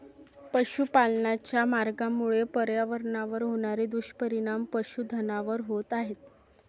पशुपालनाच्या मार्गामुळे पर्यावरणावर होणारे दुष्परिणाम पशुधनावर होत आहेत